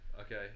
Okay